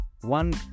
one